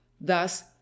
thus